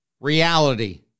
Reality